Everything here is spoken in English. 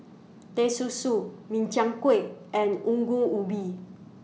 Teh Susu Min Chiang Kueh and Ongol Ubi